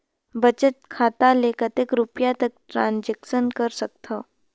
बचत खाता ले कतेक रुपिया तक ट्रांजेक्शन कर सकथव?